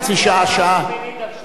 עכשיו, אדוני.